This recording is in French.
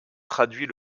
traduit